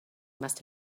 must